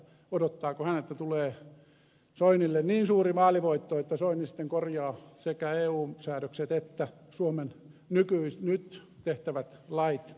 odottaako hän että tulee soinille niin suuri vaalivoitto että soini sitten korjaa sekä eun säädökset että suomen nyt tehtävät lait